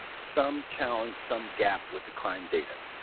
some challenge, some gap with the crime data.